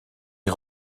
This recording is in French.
est